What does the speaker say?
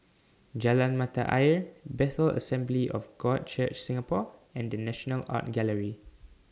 Jalan Mata Ayer Bethel Assembly of God Church Singapore and The National Art Gallery